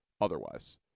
otherwise